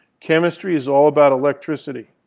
chemistry is all about electricity,